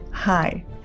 Hi